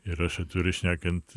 ir aš atvirai šnekant